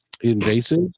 invasive